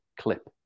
clip